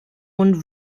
und